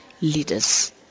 leaders